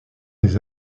des